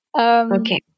okay